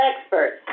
experts